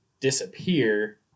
disappear